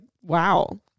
wow